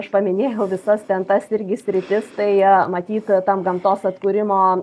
aš paminėjau visas ten tas irgi sritis tai matyt tam gamtos atkūrimo